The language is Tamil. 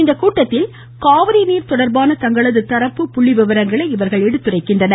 இந்த கூட்டத்தில் காவிரி நீர் தொடர்பான தங்களது தரப்பு புள்ளி விவரங்களை இவர்கள் எடுத்துரைக்கின்றனர்